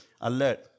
alert